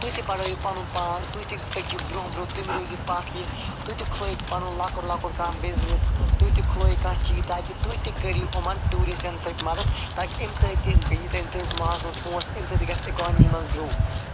تُہۍ تہِ بڈٲوِو پنُن پان تُہۍ تہِ پٔکِو برٛونٛہہ برٛونٛہہ تُہۍ مہٕ روٗزِو پتھ کِہیٖنۍ تُہۍ تہِ کھُلٲوِو پنُن لۅکُٹ لۅکُٹ کانٛہہ بِزنِس تُہۍ تہِ کھُلٲوِو کانٛہہ چیٖز تاکہِ تُہۍ تہِ کٔرِو یِمن ٹیٛوٗرِسٹن سۭتۍ مدتھ تاکہِ اَمہِ سۭتۍ تہِ ییہِ تُہٕںٛدِس محلس منٛز پونٛسہِ اَمہِ سۭتۍ تہِ گَژھِ اکنامی منٛز گرو